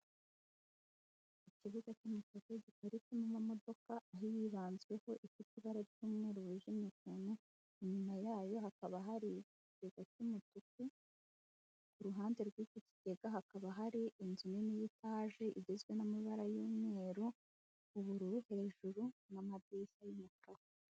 Ikibuga cy'imiso gitari kumwe n'imodoka aho hibanzweho ifite ibara ry'umweru wijimye ukuntu inyuma yayo hakaba hari ikigega cy'umutuku, ku ruhande rw'iki kigega hakaba hari inzu nini y'itaje igizwe n'amabara y'umweru ubururu hejuru n'amadirishya y'umukara.